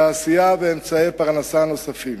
תעשייה ואמצעי פרנסה נוספים.